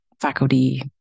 faculty